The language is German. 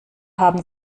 haben